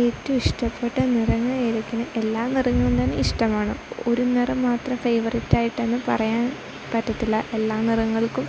ഏറ്റവും ഇഷ്ടപ്പെട്ട നിറങ്ങൾ ഏതൊക്കെയാണ് എല്ലാ നിറങ്ങളും തന്നെ ഇഷ്ടമാണ് ഒരു നിറം മാത്രം ഫേവറേറ്റ് ആയിട്ടെന്ന് പറയാൻ പറ്റത്തില്ല എല്ലാ നിറങ്ങൾക്കും